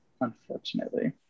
unfortunately